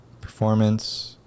performance